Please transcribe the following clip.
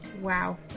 Wow